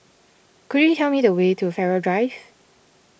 could you tell me the way to Farrer Drive